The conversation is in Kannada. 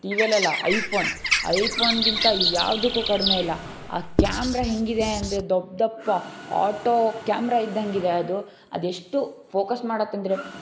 ಟಿವಿಯಲ್ಲೆಲ್ಲ ಐಫೋನ್ ಐಫೋನ್ಗಿಂತ ಯಾವುದಕ್ಕೂ ಕಡಿಮೆ ಇಲ್ಲ ಆ ಕ್ಯಾಮ್ರ ಹೇಗಿದೆ ಅಂದರೆ ದೊಪ್ ದಪ್ಪ ಆಟೋ ಕ್ಯಾಮ್ರಾ ಇದ್ದಂಗೆ ಇದೆ ಅದು ಅದೆಷ್ಟು ಫೋಕಸ್ ಮಾಡುತ್ತಂದ್ರೆ